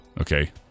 okay